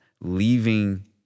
leaving